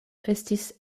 estis